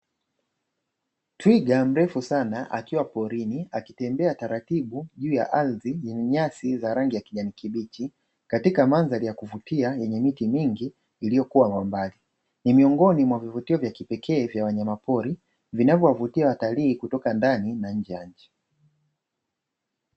Twiga mrefu sana akiwa porini akitembea taratibu juu ya ardhi yenye nyasi za rangi ya kijani kibichi katika mandhari ya kuvutia yenye miti mingi iliyokuwa kwa mbali, ni miongoni mwa vivutio vya kipekee vya wanyamapori vinavyowavutia watalii kutoka ndani na nje ya nchi.